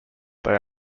they